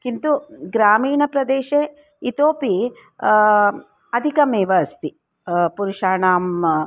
किन्तु ग्रामीणप्रदेशे इतोपि अधिकमेव अस्ति पुरुषाणाम्